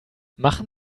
machen